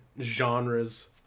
genres